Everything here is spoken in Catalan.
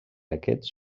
aquests